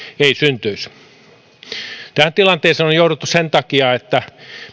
ei synny tähän tilanteeseen on on jouduttu sen takia että